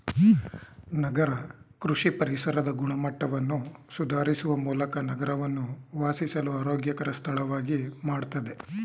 ನಗರ ಕೃಷಿ ಪರಿಸರದ ಗುಣಮಟ್ಟವನ್ನು ಸುಧಾರಿಸುವ ಮೂಲಕ ನಗರವನ್ನು ವಾಸಿಸಲು ಆರೋಗ್ಯಕರ ಸ್ಥಳವಾಗಿ ಮಾಡ್ತದೆ